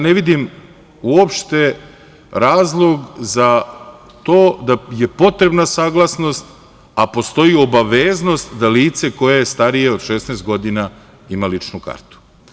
Ne vidim uopšte razlog za to da je potrebna saglasnost, a postoji obaveznost da lice koje je starije od 16 godina ima ličnu kartu.